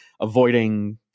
Avoiding